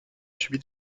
subi